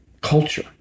culture